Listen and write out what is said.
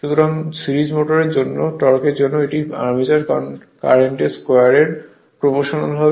সুতরাং series motor টর্কের জন্য এটি আর্মেচার কারেন্ট স্কোয়ার এর প্রপ্রোশনাল হবে